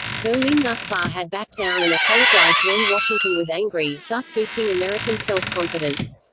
berlin thus far had backed down and apologized when washington was angry, thus boosting american self confidence.